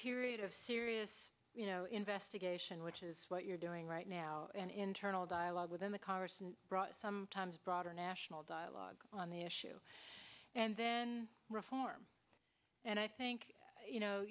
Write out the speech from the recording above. period of serious you know investigation which is what you're doing right now an internal dialogue within the congress and broad sometimes broader national dialogue on the issue and then reform and i think you know